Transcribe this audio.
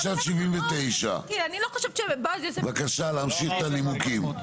76 עד 79. בבקשה להמשיך את הנימוקים.